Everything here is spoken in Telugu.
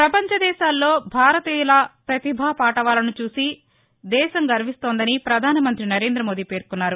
ప్రపంచ దేశాల్లో భారతీయుల ప్రతిభా పాఠవాలను చూసి దేశం గర్విస్తోందని ప్రధానమంతి నరేంద్రమోదీ పేర్కొన్నారు